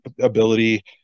ability